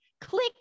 click